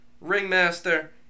Ringmaster